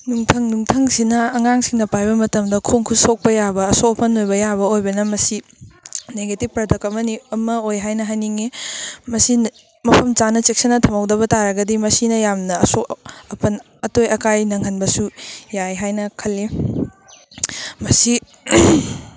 ꯅꯨꯡꯊꯪ ꯅꯨꯡꯊꯪꯁꯤꯅ ꯑꯉꯥꯡꯁꯤꯡꯅ ꯄꯥꯏꯕ ꯃꯇꯝꯗ ꯈꯣꯡ ꯈꯨꯠ ꯁꯣꯛꯄ ꯌꯥꯕ ꯑꯁꯣꯛ ꯑꯄꯟ ꯑꯣꯏꯕ ꯌꯥꯕꯅ ꯃꯁꯤ ꯅꯦꯒꯦꯇꯤꯞ ꯄ꯭ꯔꯗꯛ ꯑꯃꯅꯤ ꯑꯃ ꯑꯣꯏ ꯍꯥꯏꯅ ꯍꯥꯏꯅꯤꯡꯉꯤ ꯃꯁꯤꯅ ꯃꯐꯝ ꯆꯥꯅ ꯆꯦꯛꯁꯤꯟꯅ ꯊꯝꯍꯧꯗꯕ ꯇꯥꯔꯒꯗꯤ ꯃꯁꯤꯅ ꯌꯥꯝꯅ ꯑꯁꯣꯛ ꯑꯄꯟ ꯑꯇꯣꯏ ꯑꯀꯥꯏ ꯅꯪꯍꯟꯕꯁꯨ ꯌꯥꯏ ꯍꯥꯏꯅ ꯈꯜꯂꯤ ꯃꯁꯤ